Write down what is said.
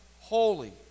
holy